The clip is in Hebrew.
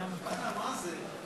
מה זה?